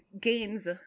gains